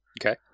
Okay